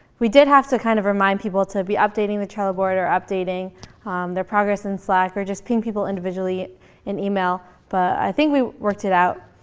we did have to kind of remind people to be updating the trello board or updating their progress in slack, or just ping people individually in email. but i think we worked it out.